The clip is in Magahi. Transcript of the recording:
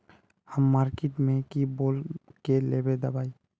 हम मार्किट में की बोल के लेबे दवाई?